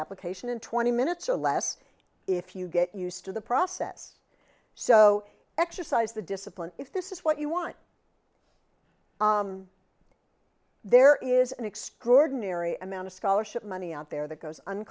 application in twenty minutes or less if you get used to the process so exercise the discipline if this is what you want there is an extraordinary amount of scholarship money out there that goes